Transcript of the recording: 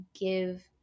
give